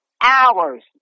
hours